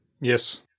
Yes